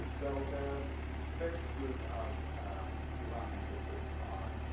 well the first group of iranian cookbooks are